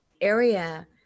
area